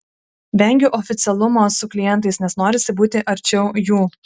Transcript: vengiu oficialumo su klientais nes norisi būti arčiau jų